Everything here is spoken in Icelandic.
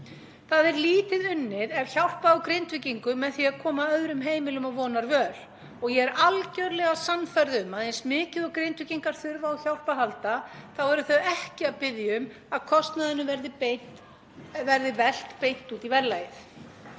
Það er lítið unnið ef hjálpa á Grindvíkingum með því að koma öðrum heimilum á vonarvöl og ég er algjörlega sannfærð um að eins mikið og Grindvíkingar þurfa á hjálp að halda þá eru þeir ekki að biðja um að kostnaðinum verði velt beint út í verðlagið.